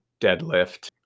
deadlift